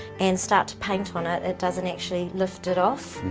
and start to paint on it, it doesn't actually lift it off.